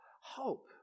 hope